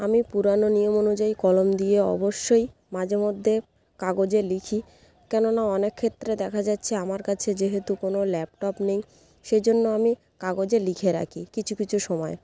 আমি পুরনো নিয়ম অনুযায়ী কলম দিয়ে অবশ্যই মাঝে মধ্যে কাগজে লিখি কেননা অনেক ক্ষেত্রে দেখা যাচ্ছে আমার কাছে যেহেতু কোনো ল্যাপটপ নেই সেজন্য আমি কাগজে লিখে রাখি কিছু কিছু সময়ে